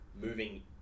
moving